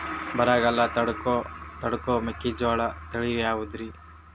ಬರಗಾಲ ತಡಕೋ ಮೆಕ್ಕಿಜೋಳ ತಳಿಯಾವುದ್ರೇ?